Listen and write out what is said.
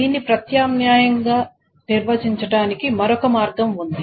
దీన్ని ప్రత్యామ్నాయంగా నిర్వచించడానికి మరొక మార్గం ఉంది